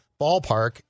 ballpark